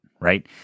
right